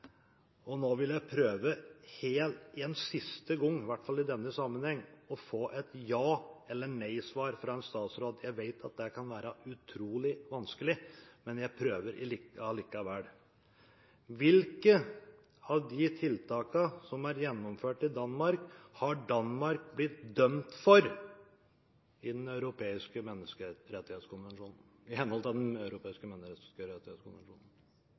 på. Nå vil jeg prøve en siste gang – i hvert fall i denne sammenheng – å få et ja- eller nei-svar fra en statsråd, noe jeg vet kan være utrolig vanskelig. Jeg prøver likevel: Hvilke av de tiltakene som er gjennomført i Danmark, har Danmark blitt dømt for i henhold til Den europeiske menneskerettighetskonvensjonen?